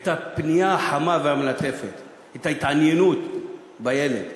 את הפנייה החמה והמלטפת, את ההתעניינות בילד.